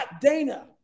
Dana